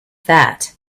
that